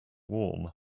warm